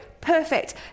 Perfect